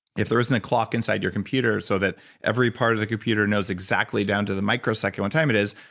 if there's isn't a clock inside your computer so that every part of the computer knows exactly down to the microsecond what time it is,